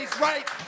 right